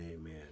Amen